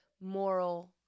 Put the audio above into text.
moral